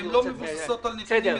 הן לא מבוססות על נתונים מספקים,